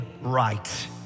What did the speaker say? right